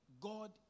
God